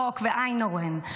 לוק ואיינהורן,